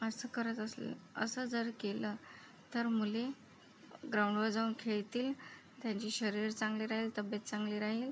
असं करत असले असं जर केलं तर मुले ग्राऊंडवर जाऊन खेळतील त्यांचे शरीर चांगले राहील तब्येत चांगली राहील